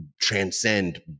transcend